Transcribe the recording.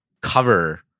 cover